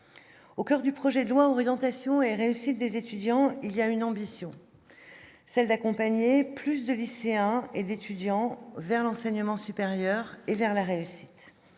au coeur du projet de loi Orientation et réussite des étudiants, il y a une ambition, celle d'accompagner plus de lycéens et d'étudiants vers l'enseignement supérieur et vers la réussite,